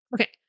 Okay